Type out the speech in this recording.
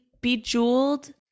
bejeweled